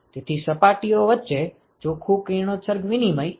તેથી સપાટીઓ વચ્ચે ચોખ્ખું કિરણોત્સર્ગ વિનિમય આ જથ્થો છે